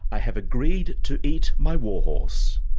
i have agreed to eat my warhorse.